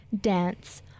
dance